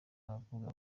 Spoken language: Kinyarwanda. abakobwa